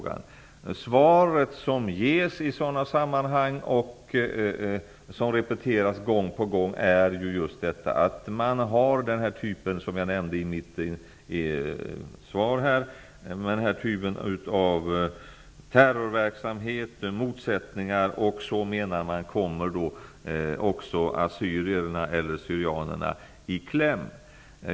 Det svar som ges i sådana här sammanhang -- och som repeteras gång på gång -- är just att assyrierna eller syrianerna kommer i kläm i och med den terrorverksamhet och de motsättningar som finns.